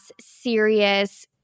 serious